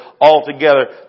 altogether